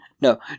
No